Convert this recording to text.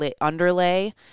underlay